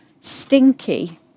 stinky